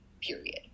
period